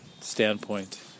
standpoint